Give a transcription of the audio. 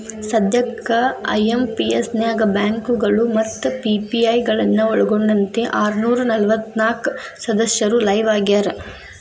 ಸದ್ಯಕ್ಕ ಐ.ಎಂ.ಪಿ.ಎಸ್ ನ್ಯಾಗ ಬ್ಯಾಂಕಗಳು ಮತ್ತ ಪಿ.ಪಿ.ಐ ಗಳನ್ನ ಒಳ್ಗೊಂಡಂತೆ ಆರನೂರ ನಲವತ್ನಾಕ ಸದಸ್ಯರು ಲೈವ್ ಆಗ್ಯಾರ